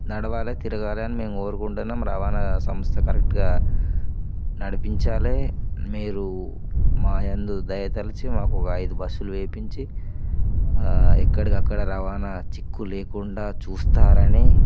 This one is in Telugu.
నడవాలి తిరగాలి అని మేం కోరుకుంటున్నాము రవాణ సంస్థ కరెక్ట్గా నడిపించాలి మీరు మాయందు దయ తలిచి మాకు ఒక ఐదు బస్సులు వేయించి ఎక్కడికక్కడ రవాణా చిక్కు లేకుండా చూస్తారని